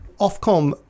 Ofcom